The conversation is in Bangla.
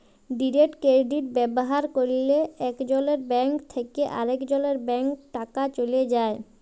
ডিরেট কেরডিট ব্যাভার ক্যরলে একজলের ব্যাংক থ্যাকে আরেকজলের ব্যাংকে টাকা চ্যলে যায়